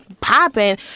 popping